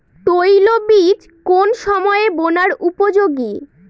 তৈলবীজ কোন সময়ে বোনার উপযোগী?